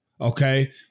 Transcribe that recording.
okay